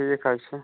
ٹھیٖک حظ چھُ